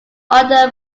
under